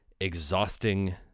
exhausting